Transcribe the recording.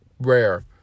rare